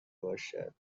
باشد